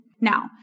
Now